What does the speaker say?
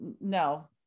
no